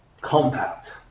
compact